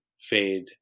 fade